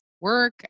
work